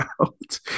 out